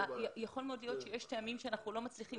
יכול מאוד להיות שיש טעמים שאנחנו לא מצליחים